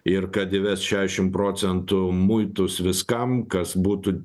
ir kad įves šešiašim procentų muitus viskam kas būtų